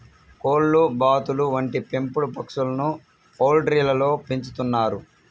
కోళ్లు, బాతులు వంటి పెంపుడు పక్షులను పౌల్ట్రీలలో పెంచుతున్నారు